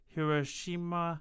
Hiroshima